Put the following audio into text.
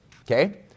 Okay